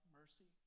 mercy